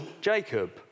Jacob